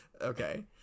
okay